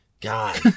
God